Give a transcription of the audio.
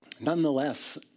Nonetheless